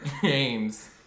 James